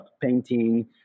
painting